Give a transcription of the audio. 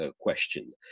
question